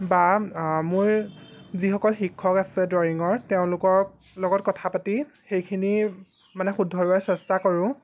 বা মোৰ যিসকল শিক্ষক আছে ড্ৰইঙৰ তেওঁলোকৰ লগত কথা পাতি সেইখিনি মানে শুধৰুৱাৰ চেষ্টা কৰোঁ